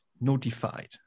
notified